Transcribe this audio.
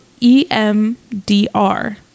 EMDR